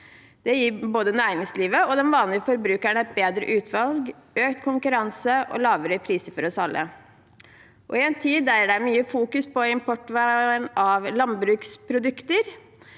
Det gir både næringslivet og den vanlige forbrukeren et bedre utvalg, økt konkurranse og lavere priser for oss alle. Og i en tid der det er mye fokusering på importvern av landbruksprodukter,